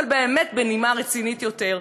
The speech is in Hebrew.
אבל באמת, בנימה רצינית יותר,